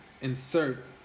insert